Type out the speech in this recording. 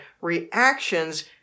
reactions